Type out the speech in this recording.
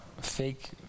fake